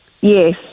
Yes